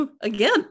Again